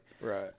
Right